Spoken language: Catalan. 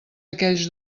aquells